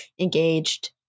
engaged